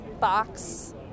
box